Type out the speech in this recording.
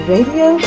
Radio